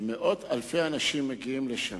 מאות אלפי אנשים מגיעים לשם.